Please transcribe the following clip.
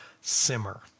simmer